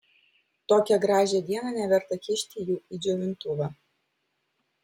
tokią gražią dieną neverta kišti jų į džiovintuvą